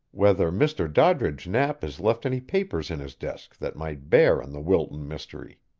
whether mr. doddridge knapp has left any papers in his desk that might bear on the wilton mystery.